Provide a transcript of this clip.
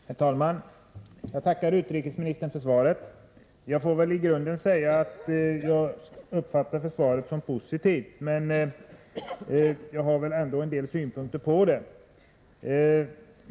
Herr talman! Jag tackar utrikesministern för svaret. Jag uppfattar svaret som i grunden positivt, men jag har ändå en del synpunkter på det.